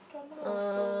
drama also